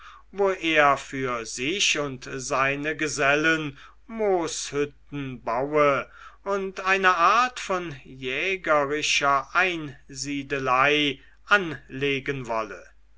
wo er für sich und seine gesellen mooshütten baue und eine art von jägerischer einsiedelei anlegen wolle